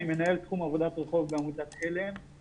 אני מנהל תחום עבודת רחוב בעמותת עלם.